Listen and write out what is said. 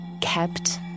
kept